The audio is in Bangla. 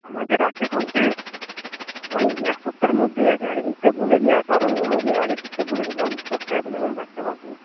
আমাদের আছে বলতে ওই এক সপ্তাহের মধ্যেই আছে আগে থাকতে বলে দেওয়ার কারণ হলো যে আগে থাকতে বলে দিলাম আপনি স্টকটা অ্যাভেলেবেল রাখতে পারবেন